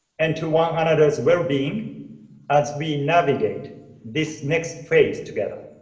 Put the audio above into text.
and to one another's wellbeing as we navigate this next phase together.